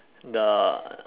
the